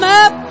up